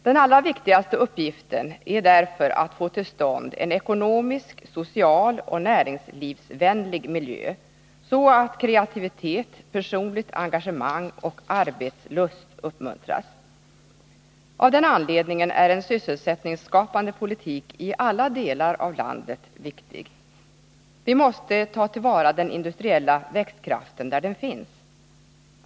Den allra viktigaste uppgiften är därför att få till stånd en ekonomisk, social och näringslivsvänlig miljö, så att kreativitet, personligt engagemang och arbetslust uppmuntras. Av den anledningen är en sysselsättningsskapande politik i alla delar av landet viktig. Vi måste ta till vara den industriella växtkraften där den finns.